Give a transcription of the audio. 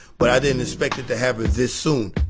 but i didn't expect it to happen this soon.